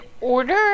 order